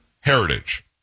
heritage